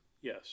yes